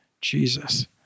Jesus